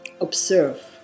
observe